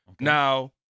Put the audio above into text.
Now